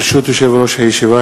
ברשות יושב-ראש הישיבה,